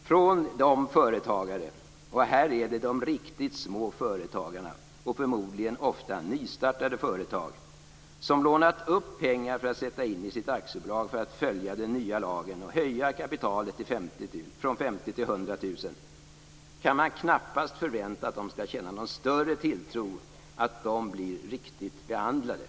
Från de företagare - och här är det de riktigt små företagen och förmodligen ofta nystartade företag - som lånat upp pengar för att sätta in i sitt aktiebolag för att följa den nya lagen och höja kapitalet från 50 000 till 100 000 kr kan man knappast förvänta någon större tilltro till att de blir riktigt behandlade.